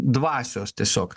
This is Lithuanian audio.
dvasios tiesiog